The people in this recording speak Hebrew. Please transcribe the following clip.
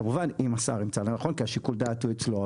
כמובן אם השר ימצא לנכון כי שיקול הדעת נמצא אצלו.